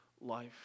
life